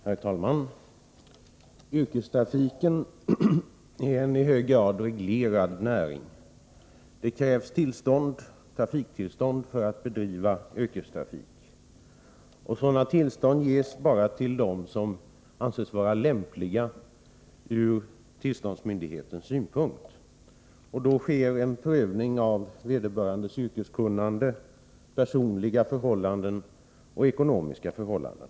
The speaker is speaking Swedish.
Herr talman! Yrkestrafiken är en i hög grad reglerad näring. Det krävs trafiktillstånd för att bedriva yrkestrafik. Sådana tillstånd ges bara till dem som anses vara lämpliga ur tillståndsmyndighetens synpunkt. Då sker en prövning av vederbörandes yrkeskunnande, personliga och ekonomiska förhållanden.